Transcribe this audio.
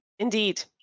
Indeed